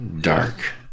dark